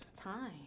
Time